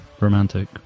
Romantic